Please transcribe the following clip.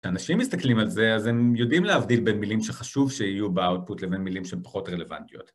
כשאנשים מסתכלים על זה אז הם יודעים להבדיל בין מילים שחשוב שיהיו באוטפוט לבין מילים שפחות רלוונטיות